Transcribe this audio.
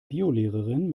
biolehrerin